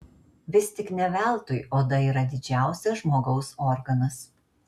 vis tik ne veltui oda yra didžiausias žmogaus organas